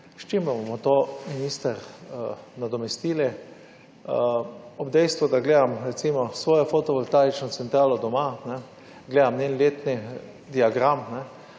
S čim bomo to minister nadomestili, ob dejstvu, da gledam, recimo, svojo fotovoltaično centralo doma, gledam njen letni diagram,